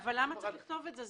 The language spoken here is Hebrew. אבל למה צריך לכתוב את זה?